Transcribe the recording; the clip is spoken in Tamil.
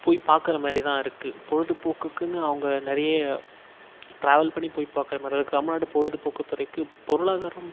போய் பார்க்குற மாதிரி தான் இருக்குது பொழுதுபோக்குக்குனு அவங்க நிறைய ட்ராவல் பண்ணி போய் பார்க்குற மாதிரி தான் இருக்குது தமிழ்நாடு பொழுதுபோக்கு துறைக்கு பொருளாதாரம்